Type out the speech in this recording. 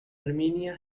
armenia